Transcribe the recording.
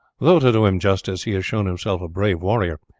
though, to do him justice, he has shown himself a brave warrior,